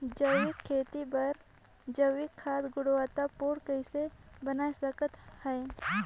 जैविक खेती बर जैविक खाद गुणवत्ता पूर्ण कइसे बनाय सकत हैं?